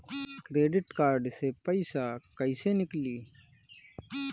Credit card से पईसा केइसे निकली?